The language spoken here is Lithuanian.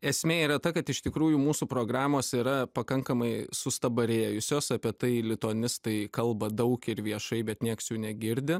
esmė yra ta kad iš tikrųjų mūsų programos yra pakankamai sustabarėjusios apie tai lituanistai kalba daug ir viešai bet nieks jų negirdi